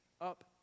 up